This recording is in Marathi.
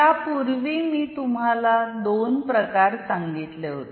यापूर्वी मी तुम्हाला दोन प्रकार सांगितले होते